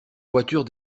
voiture